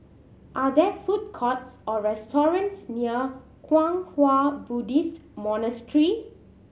are there food courts or restaurants near Kwang Hua Buddhist Monastery